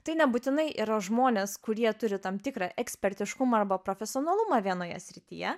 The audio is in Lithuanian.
tai nebūtinai yra žmonės kurie turi tam tikrą ekspertiškumą arba profesionalumą vienoje srityje